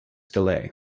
delay